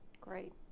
Great